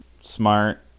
smart